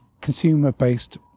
consumer-based